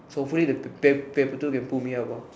so feel the pap~ paper two can pull me up ah